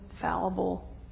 fallible